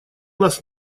нас